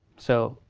so,